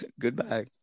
Goodbye